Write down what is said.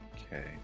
Okay